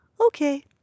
Okay